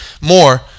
more